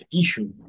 issue